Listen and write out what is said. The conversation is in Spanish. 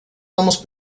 damos